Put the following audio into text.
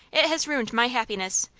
it has ruined my happiness,